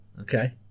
okay